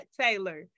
taylor